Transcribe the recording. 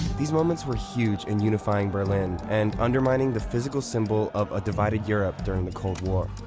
these moments were huge in unifying berlin and undermining the physical symbol of a divided europe during the cold war.